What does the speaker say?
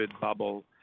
bubble